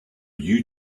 you